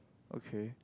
okay